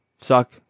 suck